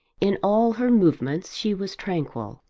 in all her movements she was tranquil,